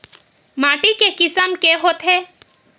माटी के किसम के होथे?